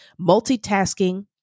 Multitasking